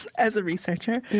as a researcher,